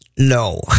No